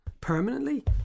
permanently